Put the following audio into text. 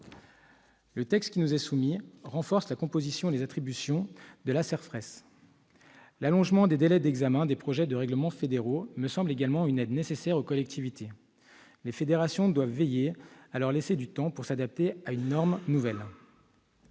du texte qui nous est soumis proposent de renforcer la composition et les attributions de la CERFRES. L'allongement des délais d'examen des projets de règlements fédéraux me semble également une aide nécessaire aux collectivités. Les fédérations doivent veiller à laisser du temps à ces dernières pour qu'elles